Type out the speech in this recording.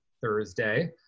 Thursday